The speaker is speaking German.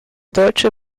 deutsche